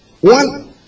One